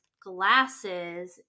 glasses